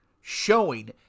showing